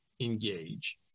Engage